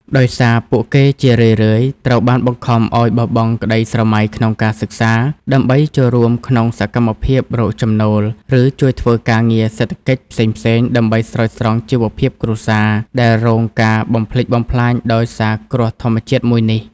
ដោយសារពួកគេជារឿយៗត្រូវបានបង្ខំឱ្យបោះបង់ក្ដីស្រមៃក្នុងការសិក្សា ដើម្បីចូលរួមក្នុងសកម្មភាពរកចំណូល ឬជួយធ្វើការងារសេដ្ឋកិច្ចផ្សេងៗដើម្បីស្រោចស្រង់ជីវភាពគ្រួសារដែលរងការបំផ្លិចបំផ្លាញដោយសារគ្រោះធម្មជាតិមួយនេះ។